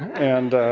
and,